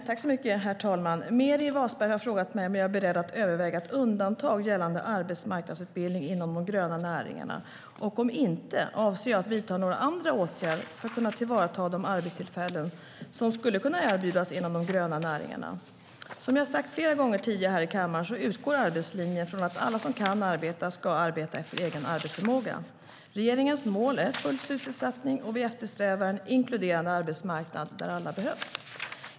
Herr talman! Meeri Wasberg har frågat mig om jag är beredd att överväga ett undantag gällande arbetsmarknadsutbildning inom de gröna näringarna. Om inte, undrar hon om jag avser att vidta några andra åtgärder för att kunna tillvarata de arbetstillfällen som skulle kunna erbjudas inom de gröna näringarna. Som jag har sagt flera gånger tidigare här i kammaren utgår arbetslinjen från att alla som kan arbeta ska arbeta efter egen arbetsförmåga. Regeringens mål är full sysselsättning. Vi eftersträvar en inkluderande arbetsmarknad där alla behövs.